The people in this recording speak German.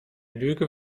lüge